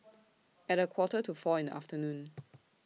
At A Quarter to four in The afternoon